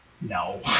no